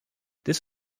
this